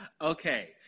Okay